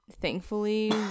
thankfully